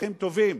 אזרחים טובים,